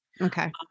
Okay